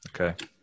Okay